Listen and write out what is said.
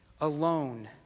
alone